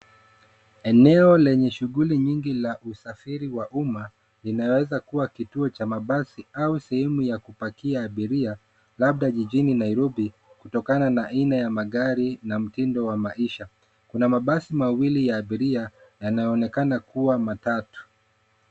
Eneo lenye shughuli nyingi la usafiri wa umma. Linaweza kuwa kituo cha mabasi au sehemu ya kupakia abiria, labda jijini Nairobi kutokana na aina ya magari na mtindo wa maisha. Kuna mabasi mawili ya abiria yanayoonekana kuwa matatu.